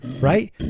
right